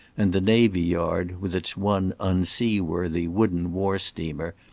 and the navy-yard, with its one unseaworthy wooden war-steamer,